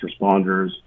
responders